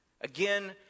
Again